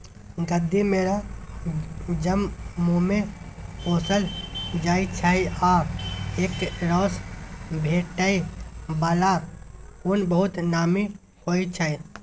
गद्दी भेरा जम्मूमे पोसल जाइ छै आ एकरासँ भेटै बला उन बहुत नामी होइ छै